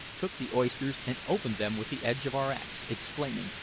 took the oysters and opened them with the edge of our axe, exclaiming,